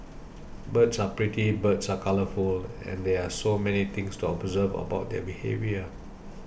birds are pretty birds are colourful and there are so many things to observe about their behaviour